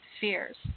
fears